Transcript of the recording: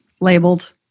labeled